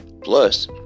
Plus